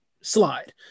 slide